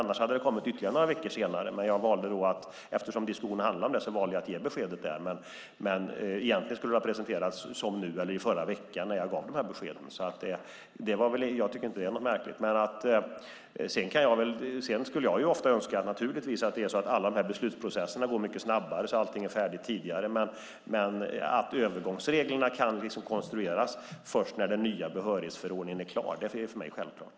Annars hade det kommit ytterligare några veckor senare. Eftersom diskussionen handlade om detta valde jag att ge beskedet där. Men egentligen skulle det ha presenterats nu eller i förra veckan när jag gav de här beskeden. Jag tycker inte det är något märkligt. Sedan skulle jag naturligtvis ofta önska att alla de här beslutsprocesserna går mycket snabbare, så att allting är färdigt tidigare. Men att övergångsreglerna kan konstrueras först när den nya behörighetsförordningen är klar är för mig självklart.